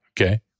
Okay